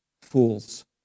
fools